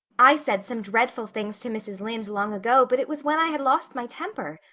i said some dreadful things to mrs. lynde long ago but it was when i had lost my temper.